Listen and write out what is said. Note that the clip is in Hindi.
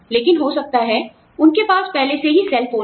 लेकिन हो सकता है उनके पास पहले से ही सेलफोन हो